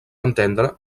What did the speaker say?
entendre